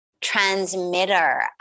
transmitter